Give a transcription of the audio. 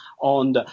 on